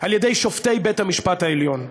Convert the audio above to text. על-ידי שופטי בית-המשפט העליון.